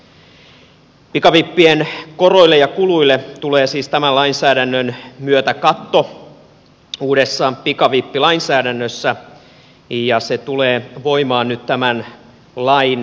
pikavippien koroille ja kuluille tulee siis tämän lainsäädännön myötä katto uudessa pikavippilainsäädännössä ja se tulee voimaan nyt tämän lain myötä